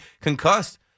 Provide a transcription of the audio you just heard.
concussed